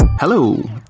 Hello